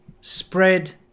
spread